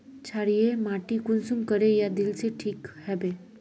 क्षारीय माटी कुंसम करे या दिले से ठीक हैबे?